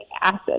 acid